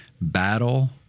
battle